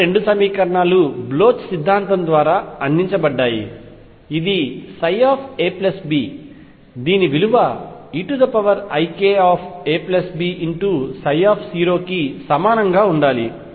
ఇతర రెండు సమీకరణాలు బ్లోచ్ సిద్ధాంతం ద్వారా అందించబడ్డాయి ఇది ψab దీని విలువ eikabψ కి సమానంగా ఉండాలి